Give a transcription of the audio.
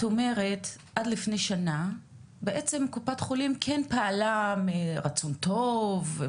את אומרת עד לפני שנה בעצם קופת חולים כן פעלה מרצון טוב,